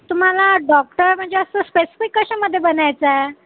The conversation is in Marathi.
तुम्हाला डॉक्टर म्हणजे असं स्पेसिफिक कशामध्ये बनायचं आहे